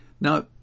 Now